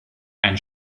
ein